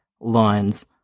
lines